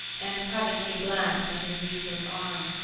and coventry glanced at his useless arm.